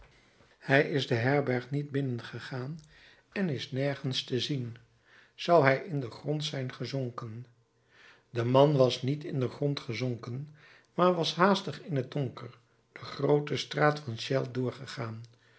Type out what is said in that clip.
hij is de herberg niet binnengegaan en is nergens te zien zou hij in den grond zijn gezonken de man was niet in den grond gezonken maar was haastig in t donker de groote straat van chelles doorgegaan